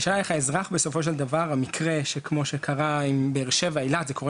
מישהו הלך לבקר משפחה באילת והוא גר